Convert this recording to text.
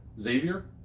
Xavier